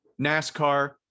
nascar